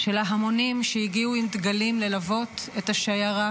של ההמונים שהגיעו עם דגלים ללוות את השיירה